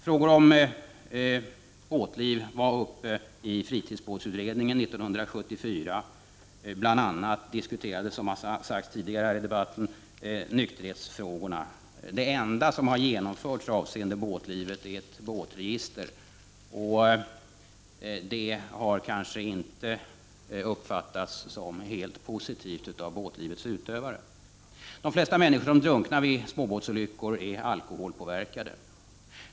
Frågor om båtliv var uppe i fritidsbåtsutredningen 1974, och bl.a. diskuterades nykterhetsfrågorna. Det enda som har genomförts avseende båtlivet är ett båtregister, och det har kanske inte uppfattats som helt positivt av båtlivets utövare. De flesta människor som drunknar vid småbåtsolyckor är alkoholpåverkade.